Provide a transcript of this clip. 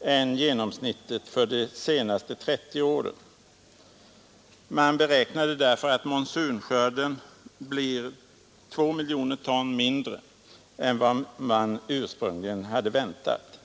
än genomsnittet för de senaste 30 åren. Man beräknade därför att monsunskörden blir 2 miljoner ton mindre än vad man ursprungligen hade väntat.